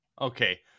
Okay